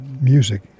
music